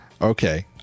Okay